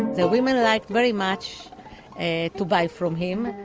the women liked very much and to buy from him.